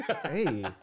Hey